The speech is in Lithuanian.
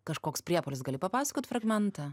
kažkoks priepuolis gali papasakot fragmentą